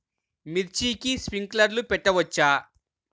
మిర్చికి స్ప్రింక్లర్లు పెట్టవచ్చా?